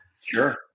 Sure